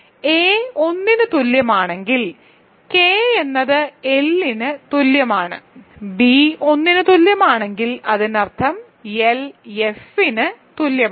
a 1 ന് തുല്യമാണെങ്കിൽ K എന്നത് L ന് തുല്യമാണ് b 1 ന് തുല്യമാണെങ്കിൽ അതിനർത്ഥം L എന്നത് F ന് തുല്യമാണ്